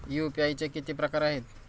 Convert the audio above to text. UPI चे किती प्रकार आहेत?